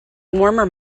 warmer